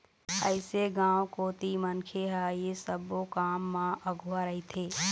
अइसे गाँव कोती मनखे ह ऐ सब्बो काम म अघुवा रहिथे